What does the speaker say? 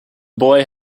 boy